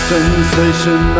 Sensation